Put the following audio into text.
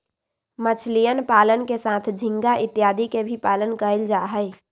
मछलीयन पालन के साथ झींगा इत्यादि के भी पालन कइल जाहई